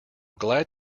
glad